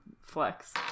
flex